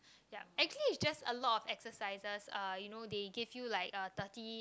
yup actually it's just a lot of exercises uh you know they give you like uh thirty